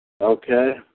Okay